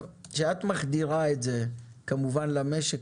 כשאת מחדירה את זה למשק,